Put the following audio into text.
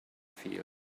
field